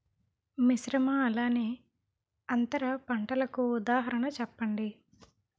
మిశ్రమ అలానే అంతర పంటలకు ఉదాహరణ చెప్పండి?